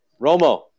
Romo